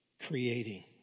creating